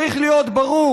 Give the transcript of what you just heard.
צריך להיות ברור: